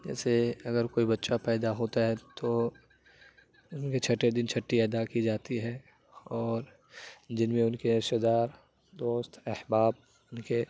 جیسے اگر کوئی بچہ پیدا ہوتا ہے تو ان کے چھٹے دن چھٹی ادا کی جاتی ہے اور جن میں ان کے رشتے دار دوست احباب ان کے